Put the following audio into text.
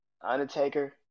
Undertaker